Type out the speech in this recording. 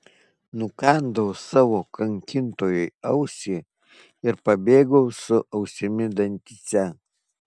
nukandau savo kankintojui ausį ir pabėgau su ausimi dantyse